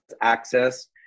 access